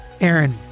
Aaron